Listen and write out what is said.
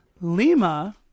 Lima